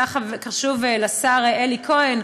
זה היה חשוב לשר אלי כהן,